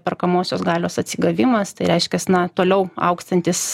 perkamosios galios atsigavimas tai reiškias na toliau augsiantys